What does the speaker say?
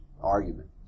argument